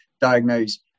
diagnose